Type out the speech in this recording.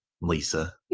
Lisa